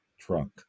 trunk